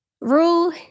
Rule